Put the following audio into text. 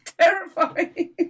terrifying